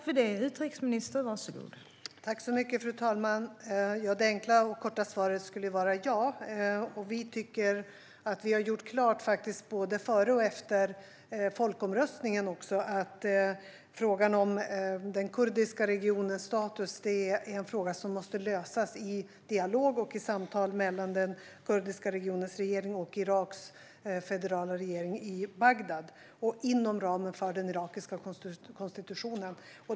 Fru talman! Det enkla och korta svaret skulle vara ja. Vi har gjort klart, både före och efter folkomröstningen, att frågan om den kurdiska regionens status måste lösas i dialog och i samtal mellan den kurdiska regionens regering och Iraks federala regering i Bagdad och inom ramen för den irakiska konstitutionen.